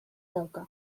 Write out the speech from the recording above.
dauka